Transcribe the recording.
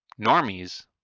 normies